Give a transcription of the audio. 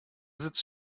sitzt